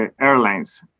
airlines